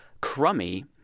crummy